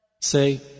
Say